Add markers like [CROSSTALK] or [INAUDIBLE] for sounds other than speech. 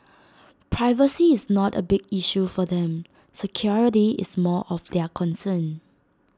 [NOISE] privacy is not A big issue for them security is more of their concern